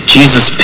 Jesus